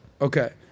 okay